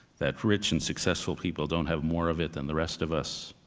that rich and successful people don't have more of it than the rest of us,